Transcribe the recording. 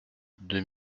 deux